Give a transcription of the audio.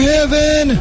Heaven